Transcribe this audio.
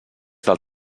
del